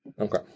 Okay